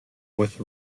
with